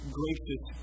gracious